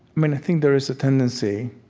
mean i think there is a tendency